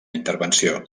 intervenció